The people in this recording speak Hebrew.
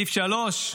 סעיף שלישי,